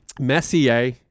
Messier